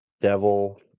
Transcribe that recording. devil